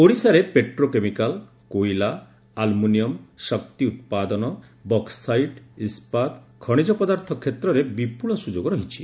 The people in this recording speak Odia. ଓଡ଼ିଶାରେ ପେଟ୍ରୋ କେମିକାଲ କୋଇଲା ଆଲୁମିନିୟମ୍ ଶକ୍ତି ଉପାଦନ ବକ୍ୱାଇଟ୍ ଇସ୍ସାତ ଖଶିଜ ପଦାର୍ଥ ଷେତ୍ରରେ ବିପୁଳ ସୁଯୋଗ ରହିଛି